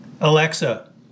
Alexa